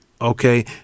okay